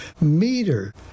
meter